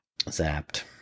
zapped